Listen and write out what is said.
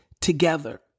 together